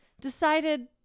decided